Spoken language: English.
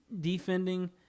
defending